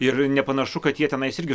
ir nepanašu kad jie tenais irgi